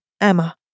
EMMA